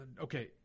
Okay